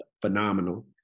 phenomenal